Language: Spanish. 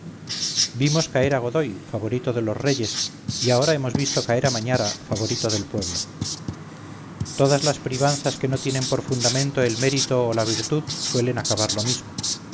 vimos caer a godoy favorito de los reyes y ahora hemos visto caer a mañara favorito del pueblo todas las privanzas que no tienen por fundamento el mérito o la virtud suelen acabar lo mismo